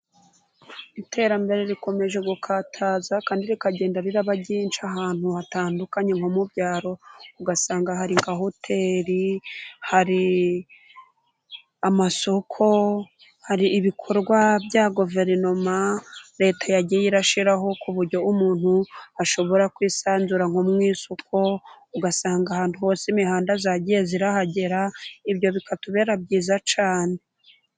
Iterambere rikomeje gukataza kandi rikagenda riba ryinshi, ahantu hatandukanye nko mu byaro, ugasanga hari nka hoteri, hari amasoko, hari ibikorwa bya guverinoma, leta yagiye ishyiraho ku buryo umuntu ashobora kwisanzura nko mu isoko, ugasanga ahantu hose imihanda yagiye ihagera, ibyo bikatubera byiza cyane